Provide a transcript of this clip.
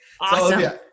Awesome